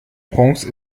prince